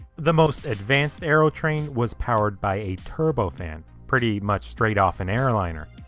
the most advanced aerotrain was powered by a turbofan. pretty much straight off an airliner.